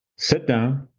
sit down,